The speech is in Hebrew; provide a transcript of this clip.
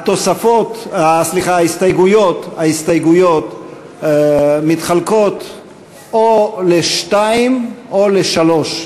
ההסתייגויות מתחלקות או לשתיים או לשלוש,